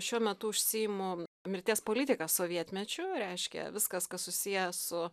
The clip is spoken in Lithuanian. šiuo metu užsiimu mirties politika sovietmečiu reiškia viskas kas susiję su